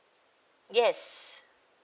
yes